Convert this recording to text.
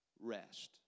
rest